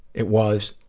it was,